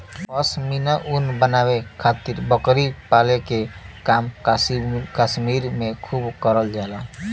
पश्मीना ऊन बनावे खातिर बकरी पाले के काम कश्मीर में खूब करल जाला